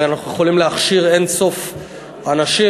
הרי אנחנו יכולים להכשיר אין-סוף אנשים,